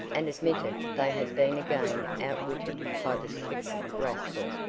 and admitted they had been again outwitted by the slick rascal.